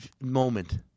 moment